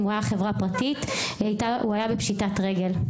אם הוא היה חברה פרטית הוא היה בפשיטת רגל,